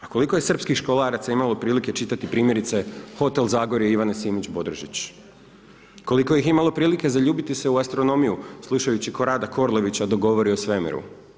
A koliko je srpskih školaraca imalo prilike čitati primjerice „Hotel Zagorje“ Ivane Simić Bodrožić, koliko ih je imalo prilike zaljubiti se u astronomiju slušajući KOrada Korlovića dok govori o svemiru?